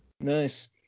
Nice